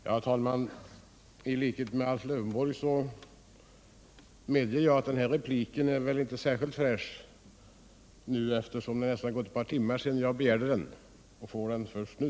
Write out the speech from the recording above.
Herr talman! I likhet med AIf Lövenborg vill jag säga att min replik inte känns särskilt fräsch, eftersom det har gått nästan ett par timmar sedan jag begärde den och jag får den först nu.